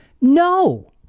No